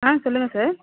ஆ சொல்லுங்கள் சார்